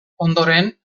ondoren